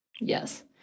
Yes